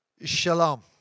shalom